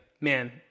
man